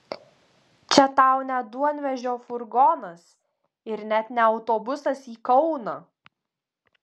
čia tau ne duonvežio furgonas ir net ne autobusas į kauną